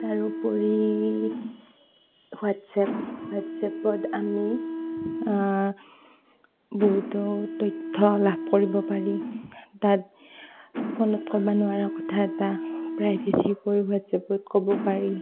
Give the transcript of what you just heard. তাৰোপৰি হোৱাটছএপ হোৱাটছএপত আমি বহুতো তথ্য লাভ কৰিব পাৰি তাত ফোনত ক'ব নোৱাৰা কথা এটা প্ৰাইভেচি কৰি হোৱাটছএপত ক'ব পাৰি